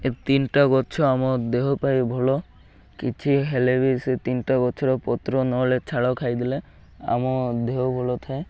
ଏ ତିନିଟା ଗଛ ଆମ ଦେହ ପାଇଁ ଭଲ କିଛି ହେଲେ ବି ସେ ତିନିଟା ଗଛର ପତ୍ର ନହେଲେ ଛାଲ ଖାଇଦେଲେ ଆମ ଦେହ ଭଲ ଥାଏ